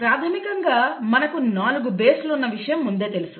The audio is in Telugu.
ప్రాథమికంగా మనకు 4 బేస్ లు ఉన్న విషయం ముందే తెలుసు